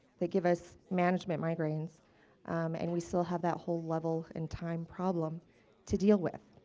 they give us management migraines and we still have that whole level and time problem to deal with.